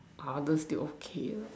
harder still okay